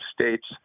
States